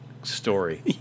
story